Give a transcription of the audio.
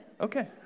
Okay